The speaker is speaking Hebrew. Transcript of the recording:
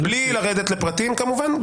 בלי לרדת לפרטים כמובן,